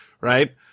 Right